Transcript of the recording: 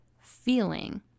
feeling